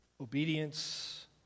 obedience